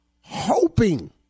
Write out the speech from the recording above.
hoping